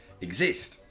exist